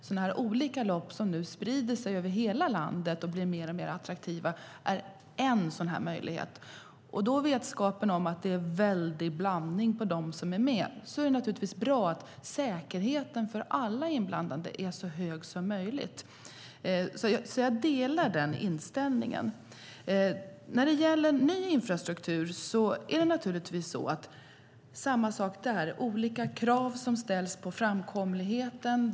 Sådana här lopp som nu finns över hela landet och blir mer och mer attraktiva är en möjlighet. Vi vet att det är en stor blandning på de människor som är med och det är naturligtvis bra att säkerheten för alla inblandade är så hög som möjligt. Jag delar den inställningen. När det gäller ny infrastruktur ställs det olika krav på framkomlighet.